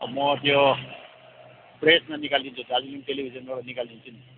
म त्यो प्रेसमा निकालिदिन्छु दार्जिलिङ टेलिभिजनबाट निकालिदिन्छु नि